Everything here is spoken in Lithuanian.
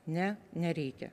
ne nereikia